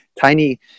tiny